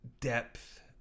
depth